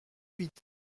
huit